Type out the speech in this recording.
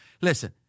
listen